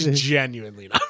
genuinely